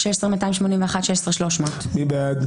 16,061 עד 16,080. מי בעד?